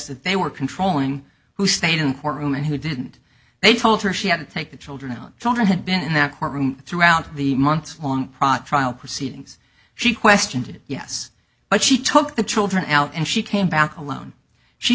that they were controlling who stayed in the courtroom and who didn't they told her she had to take the children out children had been in that courtroom throughout the months on prachi proceedings she questioned it yes but she took the children out and she came back alone she